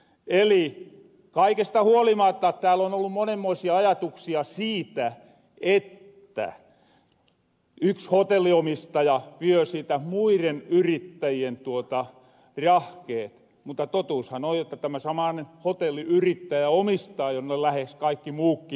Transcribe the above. eli kaikesta huolimatta tääl on ollu monenmoisia ajatuksia siitä että yks hotellinomistaja vie siitä muiren yrittäjien rahkehet mutta totuushan on jotta tämä samaanen hotelliyrittäjä omistaa jo ne lähes kaikki muukki hotellit